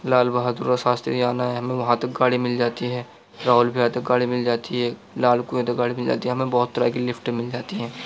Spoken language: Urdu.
لال بہادر اور شاستری جانا ہے ہمیں وہاں تک گاڑی مل جاتی ہے راول بلا تک گاڑی مل جاتی ہے لال کنویں تک گاڑی مل جاتی ہے ہمیں بہت طرح کی لفٹیں مل جاتی ہیں